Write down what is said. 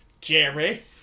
Jerry